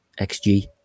xG